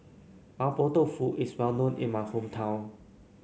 Mapo Tofu is well known in my hometown